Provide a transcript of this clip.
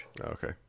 Okay